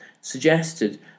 suggested